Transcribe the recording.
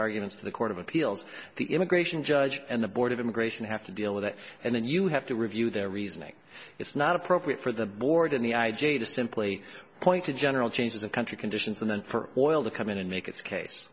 arguments to the court of appeals the immigration judge and the board of immigration have to deal with it and then you have to review their reasoning it's not appropriate for the board in the i j a to simply point to general changes in country conditions and then for oil to come in and make its case